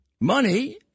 money